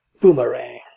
boomerang